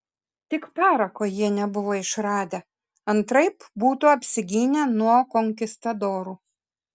tik parako jie nebuvo išradę antraip būtų apsigynę nuo konkistadorų